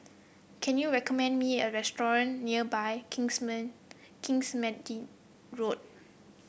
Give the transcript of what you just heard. can you recommend me a restaurant near by Kingsmead Road